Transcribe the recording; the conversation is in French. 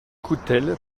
coutelle